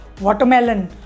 watermelon